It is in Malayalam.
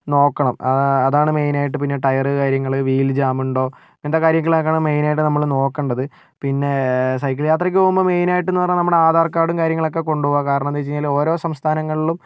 നോക്കണം ആ അതാണ് മെയിൻ ആയിട്ട് പിന്നെ ടയർ കാര്യങ്ങൾ വീൽ ജാമ്ണ്ടോ ഇങ്ങനത്തെ കാര്യങ്ങളാകണം നമ്മൾ മെയിനായിട്ട് നോക്കേണ്ടത് പിന്നെ സൈക്കിൾ യാത്രയ്ക്കു പോകുമ്പോൾ മെയിനായിട്ടെന്ന് പറഞ്ഞാൽ നമ്മുടെ ആധാർ കാർഡും കാര്യങ്ങളൊക്കെ കൊണ്ടുപോകുക കാരണം എന്താണെന്ന് വെച്ച് കഴിഞ്ഞാൽ ഓരോ സംസ്ഥാനങ്ങളിലും